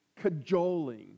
cajoling